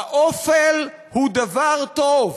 האופל הוא דבר טוב,